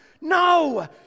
no